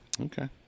okay